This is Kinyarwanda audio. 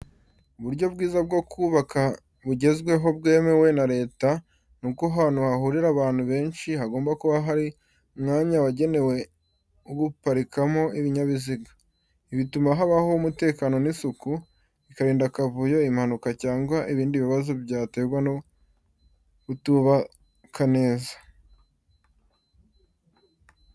Uburyo bwiza bwo kubaka bugezweho bwemewe na Leta, nuko ahantu hahurira abantu benshi, hagomba kuba hari umwanya wagenwe wo guparikamo ibinyabiziga. Ibi bituma habaho umutekano n'isuku, bikarinda akavuyo, impanuka cyangwa ibindi bibazo byaterwa no kutubaka neza.